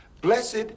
Blessed